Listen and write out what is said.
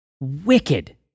Wicked